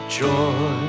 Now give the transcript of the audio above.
joy